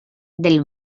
del